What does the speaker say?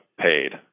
paid